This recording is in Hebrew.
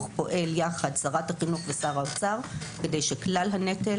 שרת החינוך ושר האוצר פועלים יחד כדי שהנטל